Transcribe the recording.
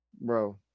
Bro